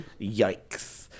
Yikes